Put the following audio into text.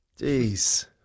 Jeez